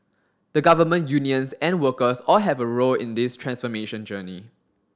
the Government unions and workers all have a role in this transformation journey